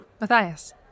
Matthias